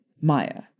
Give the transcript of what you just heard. Maya